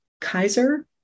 kaiser